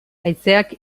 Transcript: haizeak